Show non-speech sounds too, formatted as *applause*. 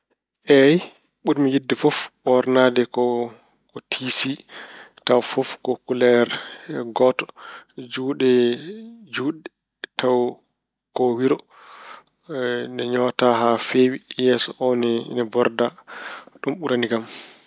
Eey, ɓurmi yiɗde fof ɓoornaade ko tisi tawa fof ko kuleer gooto, juuɗe juutɗe, tawa ko wiro. *hesitation* Ne ñotaa haa feewi. Yeeso oo ine borda. Ɗum ɓurani kam.